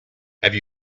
have